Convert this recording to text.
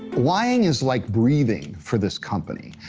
lying is like breathing for this company.